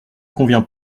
convient